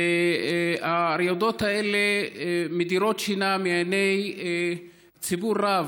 והרעידות האלה מדירות שינה מעיני ציבור רב,